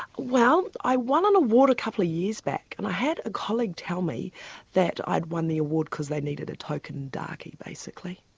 well i won an award a couple of years back, and i had a colleague tell me that i'd won the award because they needed a token darkie, basically.